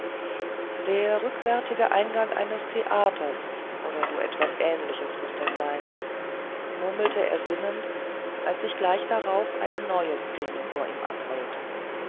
der rückwärtige eingang eines theaters oder so etwas ähnliches muß das sein murmelte er sinnend als sich gleich drauf eine neue szene vor ihm abrollte